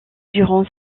durant